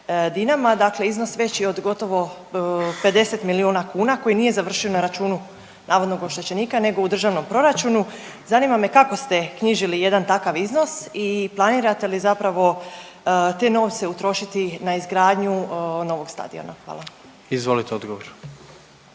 Dinama, dakle iznos veći od gotovo 50 milijuna kuna koji nije završio na računu navodnog oštećenika nego u državnom proračunu. Zanima me kako ste knjižili jedan takav iznos i planirate li zapravo te novce utrošiti na izgradnju novog stadiona. Hvala. **Jandroković,